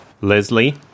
Leslie